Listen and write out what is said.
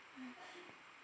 mm